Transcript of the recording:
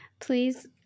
Please